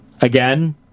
again